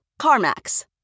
CarMax